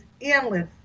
endless